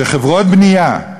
שחברות בנייה,